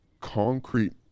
concrete